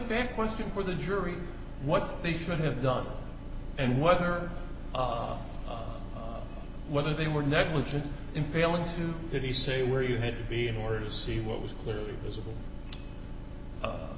fair question for the jury what they should have done and whether whether they were negligent in failing to did he say where you had to be in order to see what was clearly visible